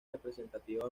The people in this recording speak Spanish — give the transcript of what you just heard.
representativo